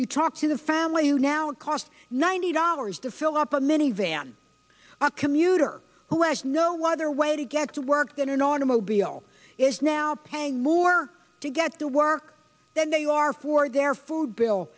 you talk to the family you now it costs ninety dollars to fill up a minivan a commuter who has no one other way to get to work than an automobile is now paying more to get to work than they are for their food bill